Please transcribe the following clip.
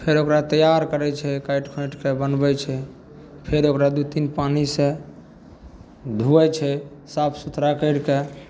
फेर ओकरा तैआर करै छै काटि खोँटिके बनबै छै फेर ओकरा दुइ तीन पानिसे धोइ छै साफ सुथरा करिके